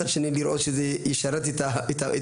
מצד שני לראות שזה ישרת את המטרה.